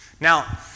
Now